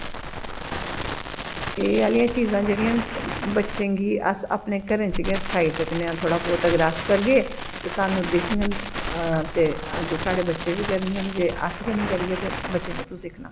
एह् आह्लियां चीजां जेह्ड़ियां बच्चें गी अस अपने घरें च गै सिखाई सकने आं थोह्ड़ा बहोत अगर अस करगे ते सानूं दिखङन ते अग्गें साढ़े बच्चे बी करङन जे अस गै नेईं करगे ते बच्चे कु'त्थूं सिक्खना